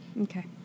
Okay